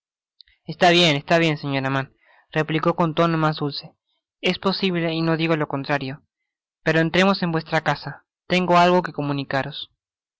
esta bien esta bien señora mann replicó con tono mas dulce es posible y no digo lo conlrario pero entremos en vuestra casa te go algo que comunicaros